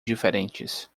diferentes